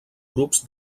grups